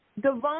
Devon